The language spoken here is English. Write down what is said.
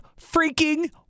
freaking